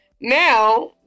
Now